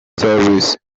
service